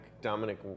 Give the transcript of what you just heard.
Dominic